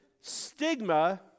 stigma